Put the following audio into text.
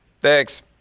Thanks